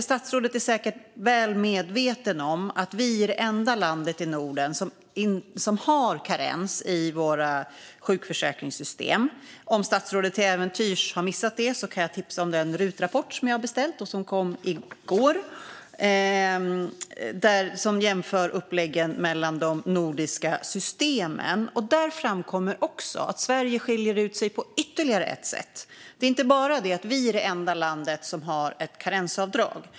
Statsrådet är säkert väl medveten om att Sverige är det enda landet i Norden som har karens i sjukförsäkringssystemen. Om statsrådet till äventyrs har missat det kan jag tipsa om den RUT-rapport som jag har beställt och som kom i går. Där jämförs uppläggen mellan de nordiska systemen. Där framkommer att Sverige skiljer ut sig på ytterligare ett sätt. Sverige är inte bara det enda landet som har ett karensavdrag.